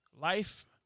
life